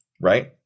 right